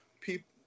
people